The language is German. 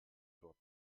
dort